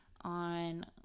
on